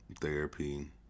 Therapy